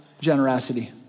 generosity